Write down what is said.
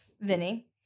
Vinny